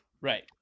Right